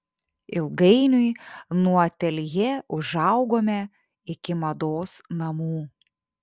ilgainiui nuo ateljė užaugome iki mados namų